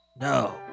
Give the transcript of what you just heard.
no